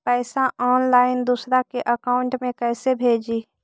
पैसा ऑनलाइन दूसरा के अकाउंट में कैसे भेजी?